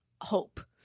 hope